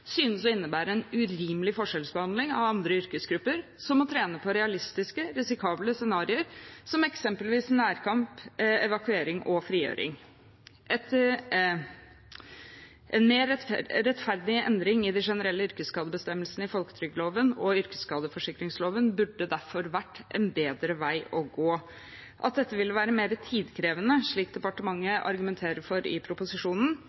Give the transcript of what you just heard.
synes å innebære en urimelig forskjellsbehandling av andre yrkesgrupper som må trene på realistiske, risikable scenarioer, som eksempelvis nærkamp, evakuering og frigjøring. En mer rettferdig endring i de generelle yrkesskadebestemmelsene i folketrygdloven og yrkedsskadeforsikringsloven hadde derfor vært en bedre vei å gå. At dette ville være mer tidkrevende, slik departementet argumenterer for i proposisjonen,